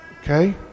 Okay